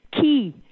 key